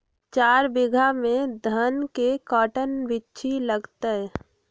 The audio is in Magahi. चार बीघा में धन के कर्टन बिच्ची लगतै?